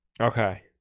Okay